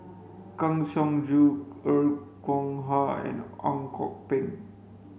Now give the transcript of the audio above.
Kang Siong Joo Er Kwong Wah and Ang Kok Peng